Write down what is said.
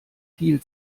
viel